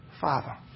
Father